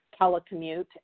telecommute